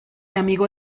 amigo